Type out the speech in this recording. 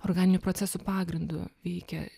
organinių procesų pagrindu veikia